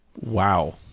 Wow